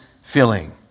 filling